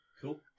Cool